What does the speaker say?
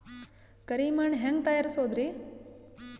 ಕರಿ ಮಣ್ ಹೆಂಗ್ ತಯಾರಸೋದರಿ?